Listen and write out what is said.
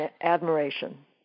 admiration